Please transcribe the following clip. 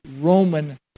Roman